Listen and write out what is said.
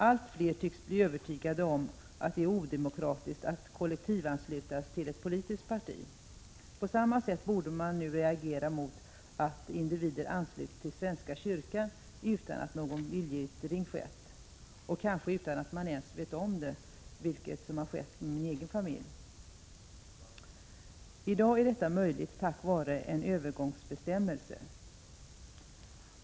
Allt fler tycks bli övertygade om att det är odemokratiskt att kollektivanslutas till ett politiskt parti. På samma sätt borde man nu reagera mot att individer ansluts till svenska kyrkan utan att någon viljeyttring skett och kanske utan att vederbörande ens vet om det, vilket skett när det gäller min egen familj. I dag är detta möjligt tack vare en övergångsbestämmelse.